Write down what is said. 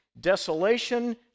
desolation